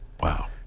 Wow